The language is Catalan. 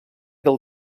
del